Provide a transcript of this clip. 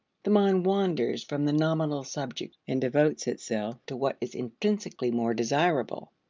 the mind wanders from the nominal subject and devotes itself to what is intrinsically more desirable.